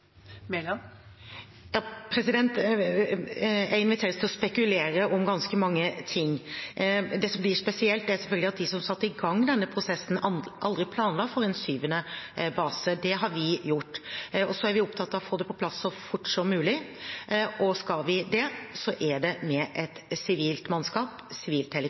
spekulere om ganske mange ting. Det som blir spesielt, er selvfølgelig at de som satte i gang denne prosessen, aldri planla for en syvende base. Det har vi gjort. Så er vi opptatt av å få det på plass så fort som mulig, og skal vi det, er det med et sivilt mannskap